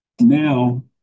now